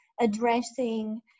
addressing